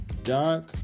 Dark